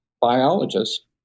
biologist